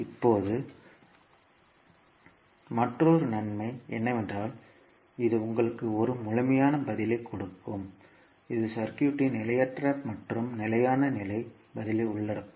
இப்போது மற்றொரு நன்மை என்னவென்றால் இது உங்களுக்கு ஒரு முழுமையான பதிலைக் கொடுக்கும் இது சர்க்யூட்த்தின் நிலையற்ற மற்றும் நிலையான நிலை பதிலை உள்ளடக்கும்